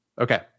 Okay